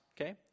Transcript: okay